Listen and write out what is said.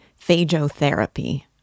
phagotherapy